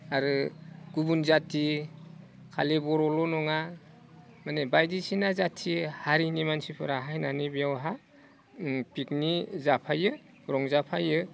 आरो गुबुन जाथि खालि बर'ल' नङा माने बायदिसिना जाथि हारिनि मानसिफोरा फैनानै बेयावहा पिकनिक जाफायो रंजाफायो